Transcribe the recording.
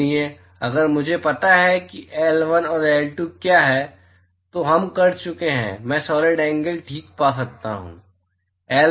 इसलिए अगर मुझे पता है कि L1 और L2 क्या हैं तो हम कर चुके हैं मैं सॉलिड एंगल ठीक पा सकता हूं